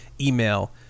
email